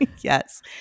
Yes